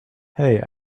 hey